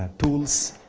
ah tools,